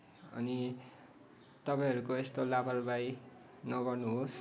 अनि तपाईँहरूको यस्तो लापरवाही नगर्नुहोस्